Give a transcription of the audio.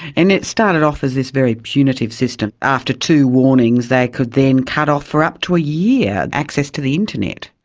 and it started off as this very punitive system. after two warnings they could then cut off for up to a year access to the internet.